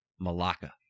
Malacca